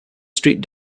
street